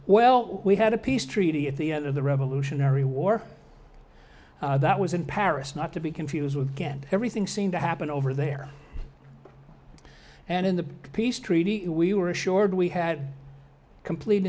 well we had a peace treaty at the end of the revolutionary war that was in paris not to be confused with again everything seemed to happen over there and in the peace treaty we were assured we had complete